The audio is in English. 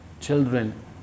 children